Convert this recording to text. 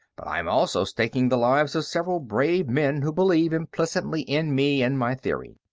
but i am also staking the lives of several brave men who believe implicitly in me and my theory.